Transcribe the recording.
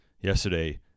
Yesterday